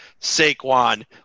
Saquon